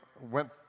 went